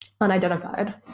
Unidentified